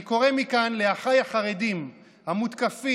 אני קורא מכאן לאחיי החרדים המותקפים,